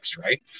Right